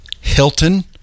Hilton